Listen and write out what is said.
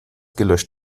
gelöscht